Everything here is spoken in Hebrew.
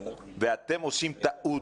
אתם עושים טעות.